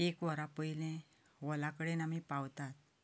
एक वरा पयली हॉला कडेन आमी पावतात